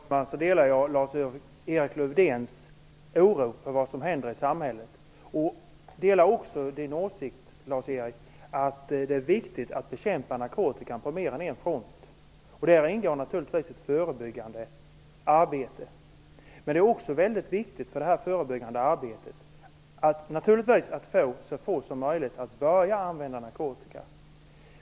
Fru talman! Jag delar naturligtvis Lars-Erik Lövdéns oro för vad som händer i samhället. Jag delar också hans åsikt att det är viktigt att bekämpa narkotika på mer än en front. Där ingår givetvis ett förebyggande arbete. I det förebyggande arbetet är det viktigt att så få som möjligt börjar använda narkotika.